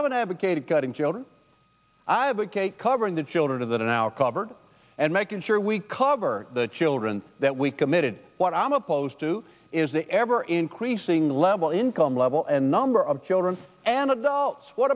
m an advocate of cutting children i advocate covering the children of the now covered and making sure we cover the children that we committed what i'm opposed to is the ever increasing level income level and number of children and adults what